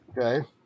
Okay